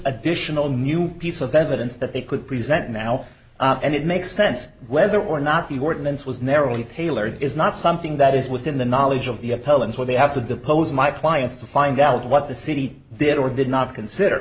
additional new piece of evidence that they could present now and it makes sense whether or not the ordinance was narrowly tailored is not something that is within the knowledge of the appellant or they have to depose my clients to find out what the city did or did not consider